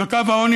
וקו העוני,